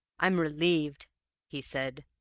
i'm relieved he said.